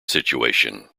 situation